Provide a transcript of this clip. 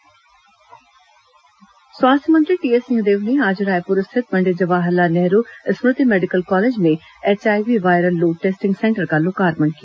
स्वास्थ्य मंत्री लोकार्पण स्वास्थ्य मंत्री टीएस सिंहदेव ने आज रायपुर स्थित पंडित जवाहरलाल नेहरू स्मृति मेडिकल कॉलेज में HIV viral load testing centre का लोकार्पण किया